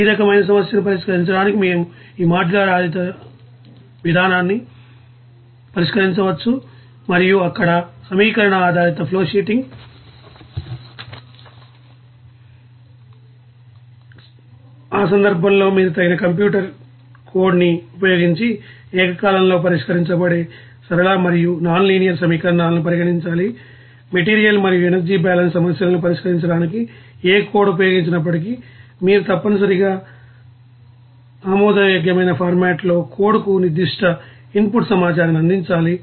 ఈ రకమైన సమస్యను పరిష్కరించడానికి మేము ఈ మాడ్యులర్ ఆధారిత విధానాన్ని పరిష్కరించవచ్చుమరియు అక్కడ సమీకరణ ఆధారిత ఫ్లోషీటింగ్ ఆ సందర్భంలో మీరు తగిన కంప్యూటర్ కోడ్ని ఉపయోగించి ఏకకాలంలో పరిష్కరించబడే సరళ మరియు నాన్ లీనియర్ సమీకరణాలను పరిగణించాలి మెటీరియల్ మరియు ఎనర్జీ బ్యాలెన్స్ సమస్యలను పరిష్కరించడానికి ఏ కోడ్ ఉపయోగించినప్పటికీ మీరు తప్పనిసరిగా ఆమోదయోగ్యమైన ఫార్మాట్లో కోడ్కు నిర్దిష్ట ఇన్పుట్ సమాచారాన్ని అందించాలి